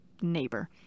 neighbor